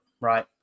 right